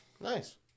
Nice